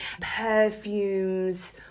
Perfumes